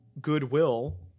goodwill